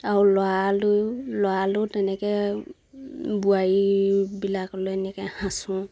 আৰু ল'ৰালৈও ল'ৰালৈও তেনেকে বোৱাৰীবিলাকলৈ এনেকে সাঁচো